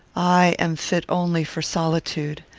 i am fit only for solitude.